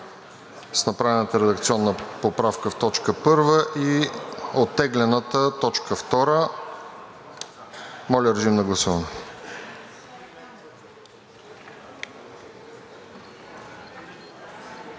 с направената редакционна поправка в т. 1 и оттеглената т. 2. Моля, режим на гласуване.